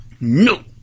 No